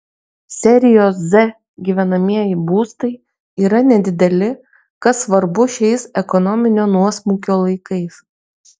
serijos z gyvenamieji būstai yra nedideli kas svarbu šiais ekonominio nuosmukio laikais